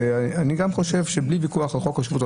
אני חושב שבלי ויכוח על חוק השבות,